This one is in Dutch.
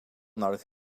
nodig